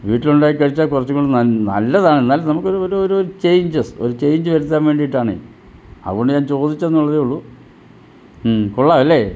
വീട്ടിലുണ്ടാക്കി കഴിച്ചാല് കുറച്ചുംകൂടി നൽ നല്ലതാണ് എന്നാലും നമുക്കൊരു ഒരു ഒരു ചേഞ്ചസ് ഒരു ചേയ്ഞ്ച് വരുത്താന് വേണ്ടിയിട്ടാണെ അതുകൊണ്ട് ഞാൻ ചോദിച്ചെന്നുള്ളതെയുള്ളു മ്മ് കൊള്ളാമല്ലേ